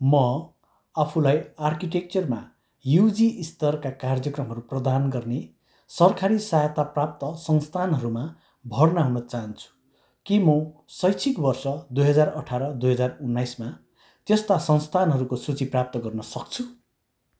म आफूलाई आर्किटेक्चरमा युजी स्तरका कार्यक्रमहरू प्रदान गर्ने सरकारी सहायता प्राप्त संस्थानहरूमा भर्ना हुन चाहन्छु के म शैक्षिक वर्ष दुई हजार अठार दुई हजार उन्नाइसमा त्यस्ता संस्थानहरूको सूची प्राप्त गर्न सक्छु